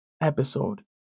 episode